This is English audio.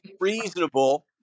reasonable